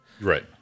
Right